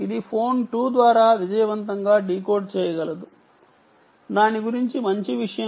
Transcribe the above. అయితే ఇది ఫోన్ 2 విజయవంతంగా డీకోడ్ చేయగలదుఇది దాని గురించి మంచి విషయం